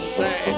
say